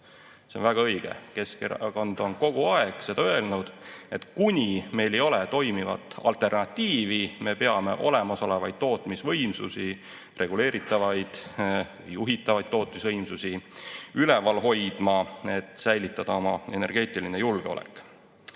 See on väga õige. Keskerakond on kogu aeg öelnud, et kuni meil ei ole toimivat alternatiivi, me peame olemasolevaid tootmisvõimsusi, reguleeritavaid, juhitavaid tootmisvõimsusi üleval hoidma, et säilitada oma energeetiline julgeolek.